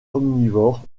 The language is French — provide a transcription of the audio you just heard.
omnivores